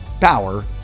power